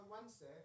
Wednesday